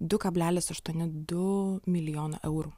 du kablelis aštuoni du milijono eurų